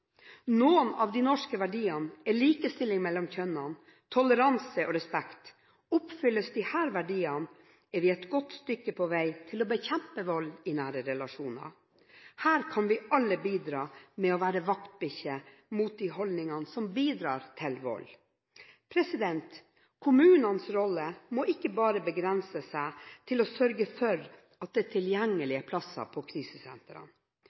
Noen av de norske verdiene er likestilling mellom kjønnene, toleranse og respekt. Oppfylles disse verdiene, er vi et godt stykke på vei til å bekjempe vold i nære relasjoner. Her kan vi alle bidra med å være vaktbikkjer mot de holdningene som bidrar til vold. Kommunenes rolle må ikke bare begrenses til å sørge for at det er tilgjengelige plasser på krisesentrene.